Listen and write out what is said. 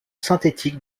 synthétique